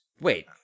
Wait